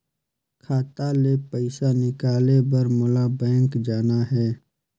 खाता ले पइसा निकाले बर मोला बैंक जाना हे?